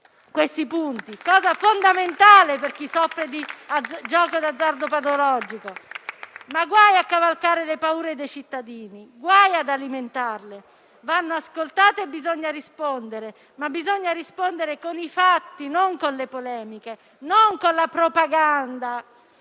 questo è fondamentale per chi soffre di gioco d'azzardo patologico. Guai però a cavalcare le paure dei cittadini, guai ad alimentarle. Vanno ascoltate e bisogna rispondere, ma bisogna farlo con i fatti non con le polemiche, non con la propaganda.